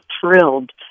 thrilled